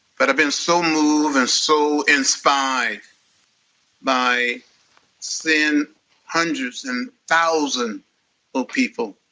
but i've been so moved and so inspired by seeing hundreds and thousands of people.